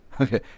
Okay